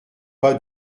pas